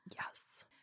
Yes